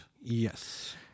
Yes